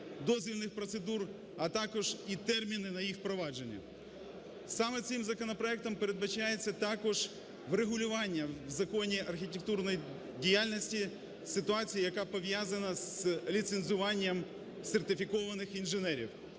дозвільних процедур, а також і терміни на їх впровадження. Саме цим законопроектом передбачається також врегулювання в законі архітектурної діяльності ситуацію, яка пов'язана з ліцензуванням сертифікованих інженерів.